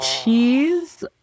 cheese